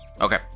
Okay